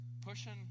pushing